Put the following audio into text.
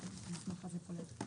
טוב, אז בוקר טוב לכולם.